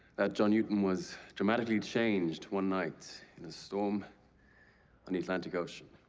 that john newton was dramatically changed one night in a storm on the atlantic ocean.